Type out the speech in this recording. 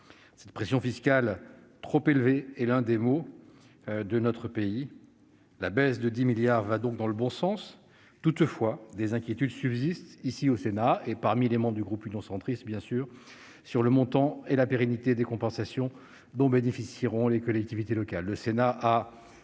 Cette pression fiscale trop élevée est l'un des maux de notre pays, cette baisse de 10 milliards d'euros va donc dans le bon sens. Toutefois, des inquiétudes subsistent au Sénat, et parmi les membres du groupe Union Centriste, sur le montant et sur la pérennité des compensations dont bénéficieront les collectivités locales.